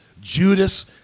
Judas